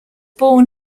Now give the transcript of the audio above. born